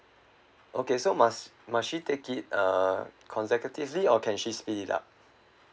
okay so must must she take it uh consecutively or can she split it up